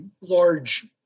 large